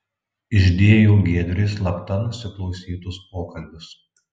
išdėjau giedriui slapta nusiklausytus pokalbius